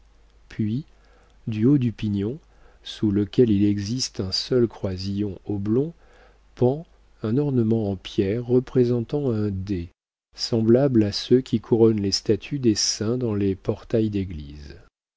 puis du haut du pignon sous lequel il existe un seul croisillon oblong pend un ornement en pierre représentant un dais semblable à ceux qui couronnent les statues des saints dans les portails d'église